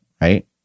right